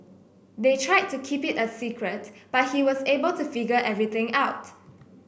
they tried to keep it a secret but he was able to figure everything out